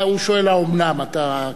הוא שואל "האומנם", אתה כמובן,